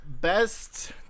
best